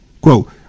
Quote